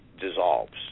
dissolves